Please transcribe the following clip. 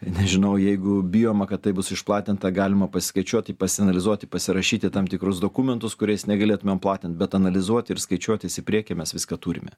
nežinau jeigu bijoma kad tai bus išplatinta galima pasiskaičiuoti pasianalizuoti pasirašyti tam tikrus dokumentus kuriais negalėtumėm platint bet analizuoti ir skaičiuotis į priekį mes viską turime